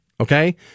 okay